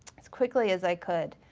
as quickly as i could.